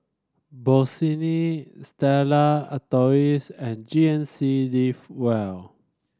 Bossini Stella Artois and G N C Live Well